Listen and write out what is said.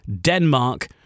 Denmark